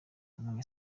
mwe